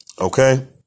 Okay